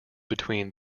between